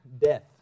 Death